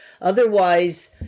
otherwise